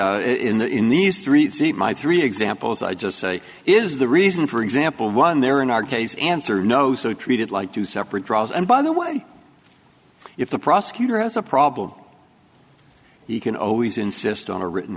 but the in these three my three examples i just say is the reason for example one there in our case answer no so treated like two separate trials and by the way if the prosecutor has a problem you can always insist on a written